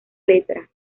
letra